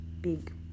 big